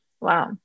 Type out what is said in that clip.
Wow